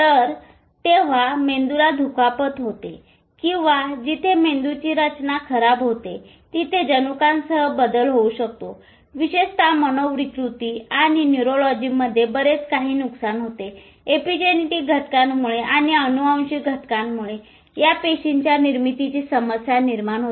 तर जेंव्हा मेंदूला थेट दुखापत होते किंवा जिथे मेंदूची रचना खराब होते तेथे जनुकांसह बदल होऊ शकते विशेषत मनोविकृती आणि न्यूरोलॉजीमध्ये बरेच नुकसान होते एपिजेनेटिक घटकांमुळे किंवा अनुवांशिक घटकांमुळे या पेशींच्या निर्मितीची समस्या निर्माण होते